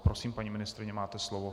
Prosím, paní ministryně, máte slovo.